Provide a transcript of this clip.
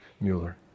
Mueller